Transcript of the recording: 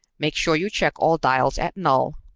make sure you check all dials at null,